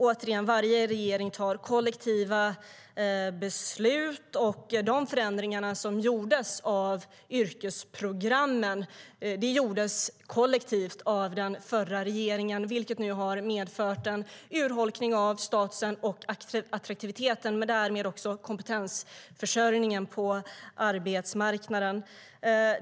Återigen: Varje regering tar kollektiva beslut, och de förändringar som gjordes av yrkesprogrammen gjordes kollektivt av den förra regeringen. Det har medfört en urholkning av statusen och attraktiviteten och därmed också kompetensförsörjningen på arbetsmarknaden.